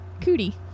Cootie